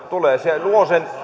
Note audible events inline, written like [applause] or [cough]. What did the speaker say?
[unintelligible] tulee luo sen